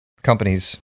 companies